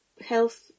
health